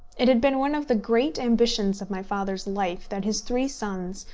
it had been one of the great ambitions of my father's life that his three sons,